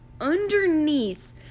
underneath